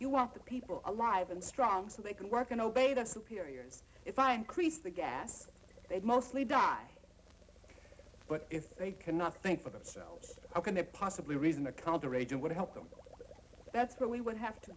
you want the people alive and strong so they can work and obey their superiors if i increase the gas they mostly die but if they cannot think for themselves how can they possibly reason to count the rate you would help them that's what we would have to